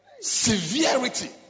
severity